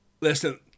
Listen